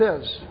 says